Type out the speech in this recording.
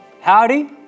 Howdy